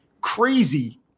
crazy